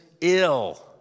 ill